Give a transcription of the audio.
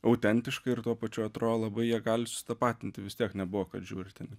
autentiška ir tuo pačiu atrodo labai jie gali susitapatinti vis tiek nebuvo kad žiūri ten